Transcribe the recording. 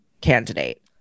candidate